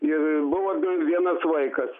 irbuvo du vienas vaikas